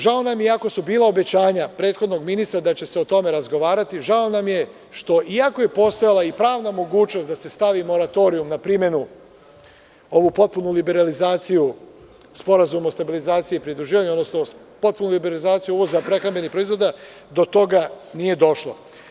Žao nam je, iako su bila obećanja prethodnog ministra da će se o tome razgovarati, što iako je postojala pravna mogućnost da se stavi moratorijum na primenu, ovu potpunu liberalizaciju SSP, odnosno potpunu liberalizaciju uvoza prehrambenih proizvoda, do toga nije došlo.